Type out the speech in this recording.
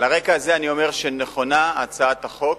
על רקע זה אני אומר שנכונה הצעת החוק,